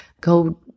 go